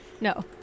no